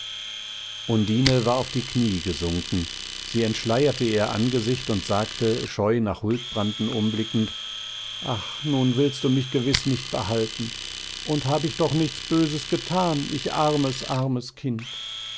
undine war auf die knie gesunken sie entschleierte ihr angesicht und sagte scheu nach huldbranden umblickend ach nun willst du mich gewiß nicht behalten und hab ich doch nichts böses getan ich armes armes kind